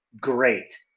great